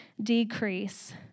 decrease